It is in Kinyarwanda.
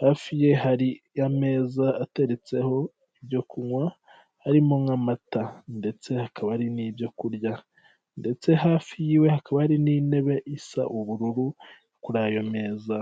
hafi ye hari ameza ateretseho ibyo kunywa, harimo n'amata ndetse hakaba ari n'ibyo kurya ndetse hafi yiwe hakaba hari n'intebe isa ubururu kuri ayo meza.